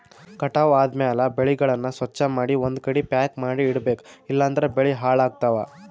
ಕಟಾವ್ ಆದ್ಮ್ಯಾಲ ಬೆಳೆಗಳನ್ನ ಸ್ವಚ್ಛಮಾಡಿ ಒಂದ್ಕಡಿ ಪ್ಯಾಕ್ ಮಾಡಿ ಇಡಬೇಕ್ ಇಲಂದ್ರ ಬೆಳಿ ಹಾಳಾಗ್ತವಾ